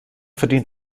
verdient